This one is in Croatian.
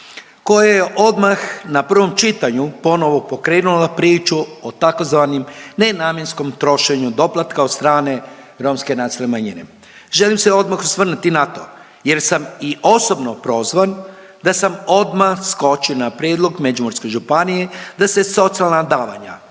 koje je odmah na prvom čitanju ponovo pokrenula priču o tzv. nenamjenskom trošenju doplatka od strane romske nacionalne manjine. Želim se odmah osvrnuti na to jer sam i osobno prozvan da sam odmah skočio na prijedlog Međimurske županije da se socijalna davanja